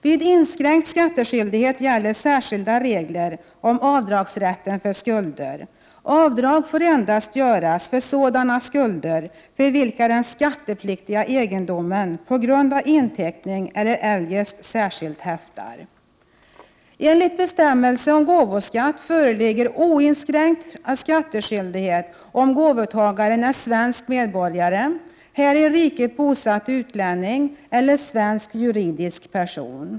Vid inskränkt skattskyldighet gäller särskilda regler om avdragsrätten för skulder. Avdrag får endast göras för sådana skulder för vilka den skattepliktiga egendomen på grund av inteckning eller eljest särskilt häftar. Enligt bestämmelse om gåvoskatt föreligger oinskränkt skattskyldighet om gåvotagaren är svensk medborgare, här i riket bosatt utlänning eller svensk juridisk person.